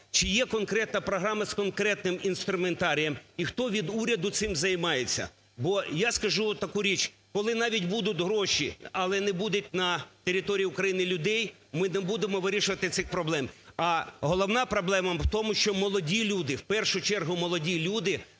чи є конкретна програма з конкретним інструментарієм, і хто від уряду цим займається? Бо я скажу таку річ: коли навіть будуть гроші, але не буде на території України людей, ми не будемо вирішувати цих проблем. А головна проблема в тому, що молоді люди, в першу чергу молоді люди,